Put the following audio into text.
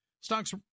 Stocks